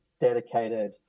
dedicated